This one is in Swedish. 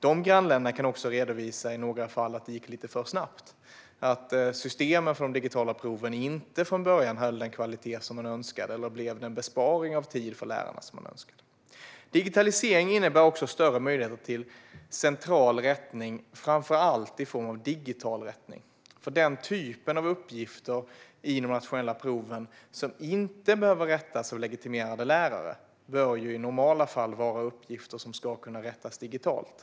Dessa grannländer kan också i några fall redovisa att det gick lite för snabbt och att systemen för de digitala proven inte från början höll den kvalitet man önskade eller blev den besparing av tid för lärarna man önskade. Digitalisering innebär också större möjligheter till central rättning, framför allt för digital rättning. Den typ av uppgifter i de nationella proven som inte behöver rättas av legitimerade lärare bör i normala fall vara uppgifter som ska kunna rättas digitalt.